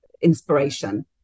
inspiration